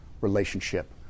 relationship